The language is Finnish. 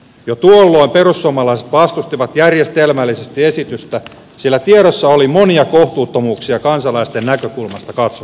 jo tuolloin perussuomalaiset vastustivat järjestelmällisesti esitystä sillä tiedossa oli monia kohtuuttomuuksia kansalaisten näkökulmasta katsottuna